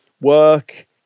work